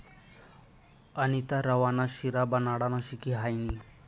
अनीता रवा ना शिरा बनाडानं शिकी हायनी